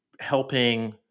helping